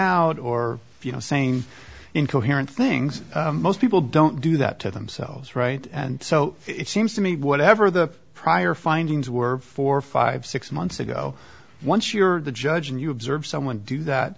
out or you know saying incoherent things most people don't do that to themselves right and so it seems to me whatever the prior findings were four five six months ago once you're the judge and you observe someone do that